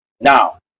Now